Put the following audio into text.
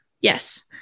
Yes